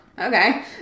okay